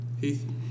Heath